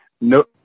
no